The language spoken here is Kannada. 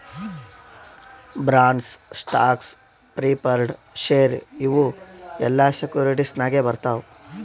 ಬಾಂಡ್ಸ್, ಸ್ಟಾಕ್ಸ್, ಪ್ರಿಫರ್ಡ್ ಶೇರ್ ಇವು ಎಲ್ಲಾ ಸೆಕ್ಯೂರಿಟಿಸ್ ನಾಗೆ ಬರ್ತಾವ್